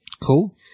Cool